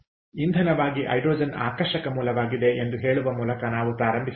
ಇಂಧನವಾಗಿ ಹೈಡ್ರೋಜನ್ ಆಕರ್ಷಕ ಮೂಲವಾಗಿದೆ ಎಂದು ಹೇಳುವ ಮೂಲಕ ನಾವು ಪ್ರಾರಂಭಿಸಿದ್ದೇವೆ